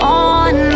on